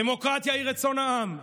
דמוקרטיה היא רצון העם,